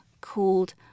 called